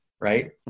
right